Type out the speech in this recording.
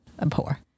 abhor